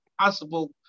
possible